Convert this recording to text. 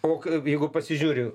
o jeigu pasižiūriu